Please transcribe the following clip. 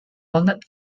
walnut